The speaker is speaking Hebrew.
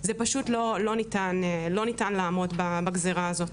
זה פשוט לא ניתן לעמוד בגזירה הזאת.